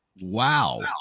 Wow